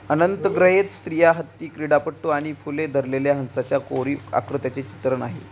अनंत गृहित स्त्रिया हत्ती क्रीडापटू आणि फुले धरलेल्या हंसाच्या कोरीव आकृत्याचे चित्रण आहे